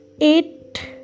eight